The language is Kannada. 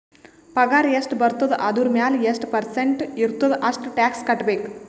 ಪಗಾರ್ ಎಷ್ಟ ಬರ್ತುದ ಅದುರ್ ಮ್ಯಾಲ ಎಷ್ಟ ಪರ್ಸೆಂಟ್ ಇರ್ತುದ್ ಅಷ್ಟ ಟ್ಯಾಕ್ಸ್ ಕಟ್ಬೇಕ್